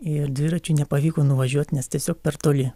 ir dviračiu nepavyko nuvažiuot nes tiesiog per toli